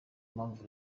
mpamvu